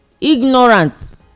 ignorance